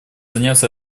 заняться